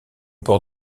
port